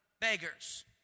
beggars